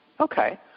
okay